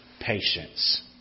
patience